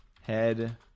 head